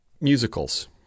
Musicals